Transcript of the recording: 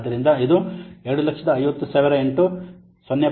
ಆದ್ದರಿಂದ ಇದು 250000 ಇಂಟು 0